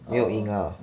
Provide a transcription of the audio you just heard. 没有赢 ah